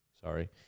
Sorry